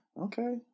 Okay